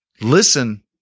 Listen